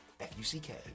f-u-c-k